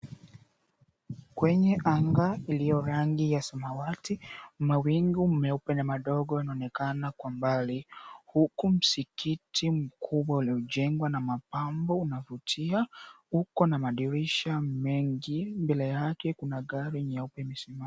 Kwenye anga iliyo rangi ya samawati, mawingu meupe na madogo yanaonekana kwa mbali huku msikiti mkubwa uliojengwa na mapambo unavutia, ukona madirisha mengi. Mbele yake kuna gari nyeupe imesimama